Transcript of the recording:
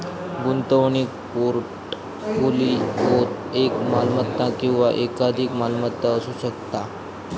गुंतवणूक पोर्टफोलिओत एक मालमत्ता किंवा एकाधिक मालमत्ता असू शकता